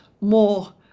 more